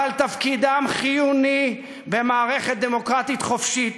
אבל תפקידם חיוני במערכת דמוקרטית חופשית,